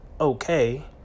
okay